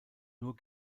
nur